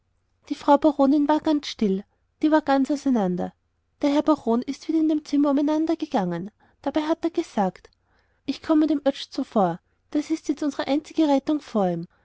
die frau baronin war ganz still die war ganz auseinander der herr baron ist wieder in dem zimmer umeinander gegangen dabei hat er gesagt ich komme dem oetsch zuvor das ist jetzt unsere einzige rettung vor ihm